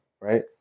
right